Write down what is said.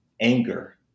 anger